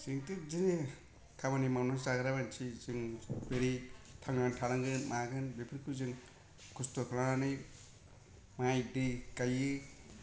जोंथ' बिदिनो खामानि मावनानै जाग्रा मानसि जों बोरै थांनानै थानांगोन मागोन बेफोरखौ जों खस्त' खालामनानै माइ दै गायो